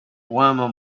warmer